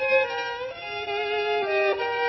Det er